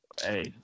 Hey